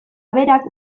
berak